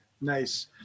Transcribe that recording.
Nice